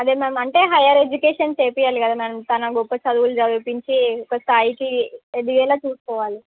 అదే మ్యామ్ అంటే higher education చేపియాలి కదా మ్యామ్ తనని గొప్ప చదువులు చదివించి ఒక స్థాయికి ఎదిగేలా చూసుకోవాలి